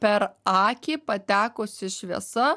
per akį patekusi šviesa